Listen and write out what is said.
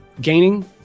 gaining